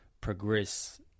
progress